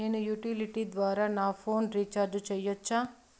నేను యుటిలిటీ ద్వారా నా ఫోను రీచార్జి సేయొచ్చా?